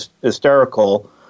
hysterical